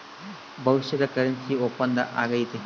ಭವಿಷ್ಯದ ಕರೆನ್ಸಿ ಒಪ್ಪಂದ ಆಗೈತೆ